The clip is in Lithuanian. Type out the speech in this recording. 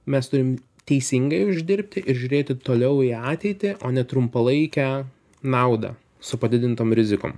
mes turim teisingai uždirbti ir žiūrėti toliau į ateitį o ne trumpalaikę naudą su padidintom rizikom